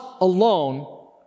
alone